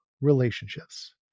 relationships